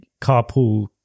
carpool